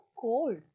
cold